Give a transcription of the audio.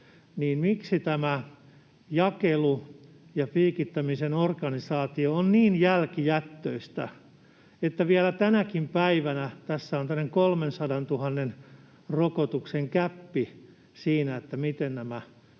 niin miksi tämä jakelu ja piikittämisen organisointi on niin jälkijättöistä, että vielä tänäkin päivänä tässä on tällainen 300 000 rokotuksen gäppi siinä, miten nämä